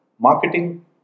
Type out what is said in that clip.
Marketing